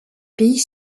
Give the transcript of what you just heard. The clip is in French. pays